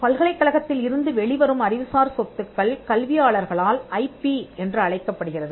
பல்கலைக்கழகத்தில் இருந்து வெளிவரும் அறிவுசார் சொத்துக்கள் கல்வியாளர்களால் ஐபி என்று அழைக்கப்படுகிறது